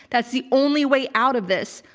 that's the only way out of this.